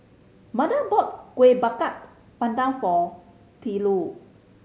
Manda bought Kueh Bakar Pandan for Twila